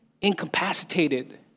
incapacitated